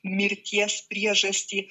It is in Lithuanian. mirties priežastį